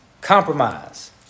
Compromise